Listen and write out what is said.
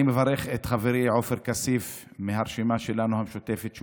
אני מברך את חברי עופר כסיף מהרשימה המשותפת שלנו,